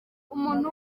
umuntu